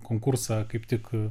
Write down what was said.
konkursą kaip tik